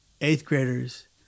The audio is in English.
eighth-graders